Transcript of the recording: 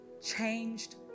changed